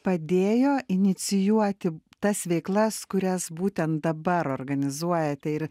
padėjo inicijuoti tas veiklas kurias būten dabar organizuojate ir